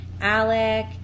Alec